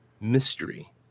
mystery